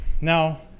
now